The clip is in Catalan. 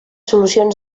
solucions